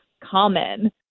common